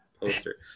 poster